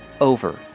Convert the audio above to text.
over